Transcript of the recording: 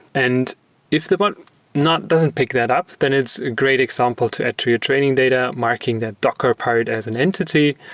and if the but bot doesn't pick that up, then it's a great example to add to your training data, marking that docker part as an entity.